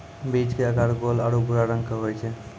बीज के आकार गोल आरो भूरा रंग के होय छै